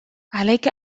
عليك